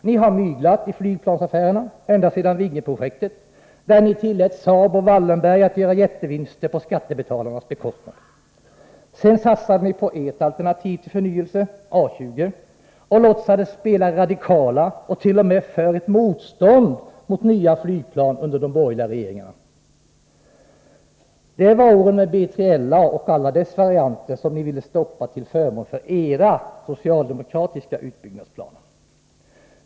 Ni har myglat i flygplansaffärerna ända sedan Viggenprojektet, där ni tillät Saab och Wallenberg att göra jättevinster på skattebetalarnas bekostnad. Sedan satsade ni på ert alternativ till förnyelse, A20, och spelade radikala och låtsades t.o.m. under de borgerliga regeringarna vara motståndare till nya flygplan. Det var åren med B3LA och alla dess varianter, som ni ville stoppa till förmån för era socialdemokratiska utbyggnadsplaner.